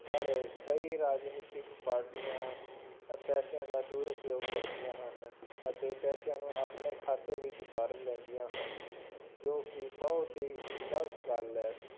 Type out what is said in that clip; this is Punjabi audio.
ਪਰ ਕਈ ਰਾਜਨੀਤਿਕ ਪਾਰਟੀਆਂ ਪੈਸਿਆਂ ਦਾ ਦੁਰ ਉਪਯੋਗ ਕਰਦੀਆਂ ਹਨ ਅਤੇ ਪੈਸਿਆਂ ਨੂੰ ਆਪਣੇ ਖਾਤੇ ਵਿੱਚ ਭਰ ਲੈਂਦੀਆਂ ਹਨ ਜੋ ਕਿ ਬਹੁਤ ਹੀ ਗਲਤ ਗੱਲ ਹੈ